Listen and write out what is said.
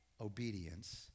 obedience